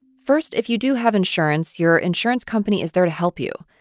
first, if you do have insurance, your insurance company is there to help you.